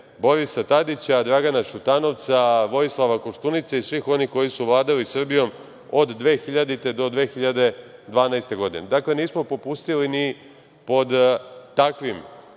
Borisa Tadića, Dragana Šutanovca, Vojislava Koštunice i svih onih koji su vladali Srbijom od 2000. do 2012. godine. Dakle, nismo popustili ni pod takvim